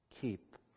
keep